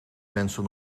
mensen